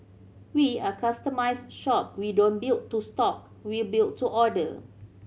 we are a customised shop we don't build to stock we build to order